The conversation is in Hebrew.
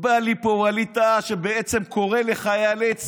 בא לי פה ווליד טאהא, שבעצם קורא לחיילי צה"ל,